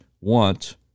want